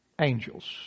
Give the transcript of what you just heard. angels